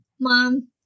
Mom